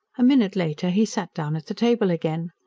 a minute later he sat down at the table again.